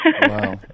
Wow